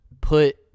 put